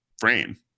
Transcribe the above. frame